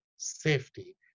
safety